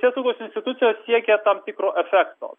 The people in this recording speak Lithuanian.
teisėsaugos institucijos siekia tam tikro efekto